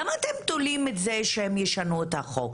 למה אתם תולים את זה שהם ישנו את החוק?